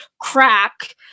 crack